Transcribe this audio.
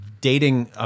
dating